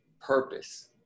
purpose